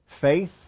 Faith